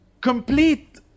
complete